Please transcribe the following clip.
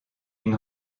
une